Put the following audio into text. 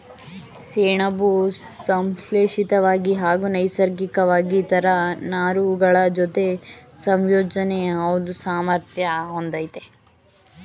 ಸೆಣಬು ಸಂಶ್ಲೇಷಿತ್ವಾಗಿ ಹಾಗೂ ನೈಸರ್ಗಿಕ್ವಾಗಿ ಇತರ ನಾರುಗಳಜೊತೆ ಸಂಯೋಜನೆ ಹೊಂದೋ ಸಾಮರ್ಥ್ಯ ಹೊಂದಯ್ತೆ